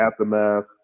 Aftermath